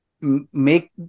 make